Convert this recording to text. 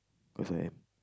cause I